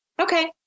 Okay